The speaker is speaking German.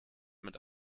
mit